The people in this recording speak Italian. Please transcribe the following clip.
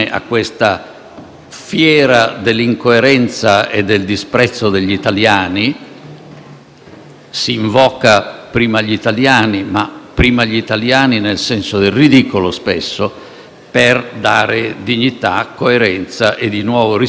si invoca «prima gli italiani», ma prima gli italiani nel senso del ridicolo, spesso - per dare dignità, coerenza e di nuovo rispetto alla politica estera ed europea dell'Italia. Anche in questo lavoro, signor Presidente,